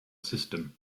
system